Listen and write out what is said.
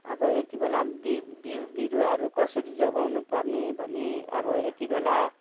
अब यति बेला बि बिउ बिरुवाहरू कसरी जोगाउनु पर्ने भने अब यति बेला